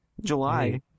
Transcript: July